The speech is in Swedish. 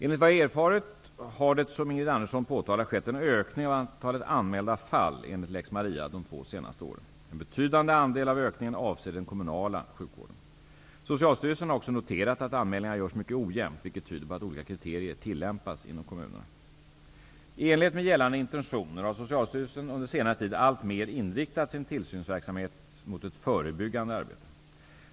Enligt vad jag har erfarit har det som Ingrid Andersson påtalar, skett en ökning av antalet anmälda fall enligt lex Maria de två senaste åren. En betydande andel av ökningen avser den kommunala sjukvården. Socialstyrelsen har också noterat att anmälningarna görs mycket ojämnt, vilket tyder på att olika kriterier tillämpas inom kommunerna. Socialstyrelsen under senare tid alltmer inriktat sin tillsynsverksamhet mot ett förebyggande arbete.